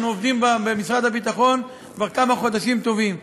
עובדים במשרד הביטחון כבר כמה חודשים טובים,